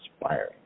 inspiring